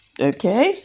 Okay